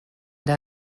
der